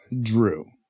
Drew